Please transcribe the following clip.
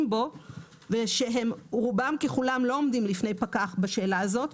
בו ושהם רובם ככולם לא עומדים בפני פקח בשאלה הזאת,